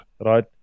right